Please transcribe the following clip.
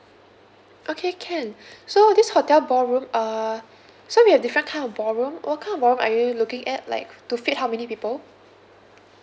okay can so this hotel ballroom uh so we have different kind of ballroom what kind of ballroom are you looking at like to fit how many people